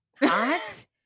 hot